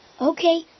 Okay